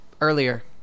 Earlier